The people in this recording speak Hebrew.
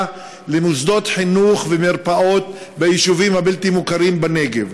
למוסדות חינוך ומרפאות ביישובים הבלתי-מוכרים בנגב.